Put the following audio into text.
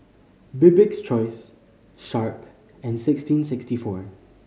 Bibik's Choice Sharp and sixteen sixty four